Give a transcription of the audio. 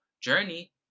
journey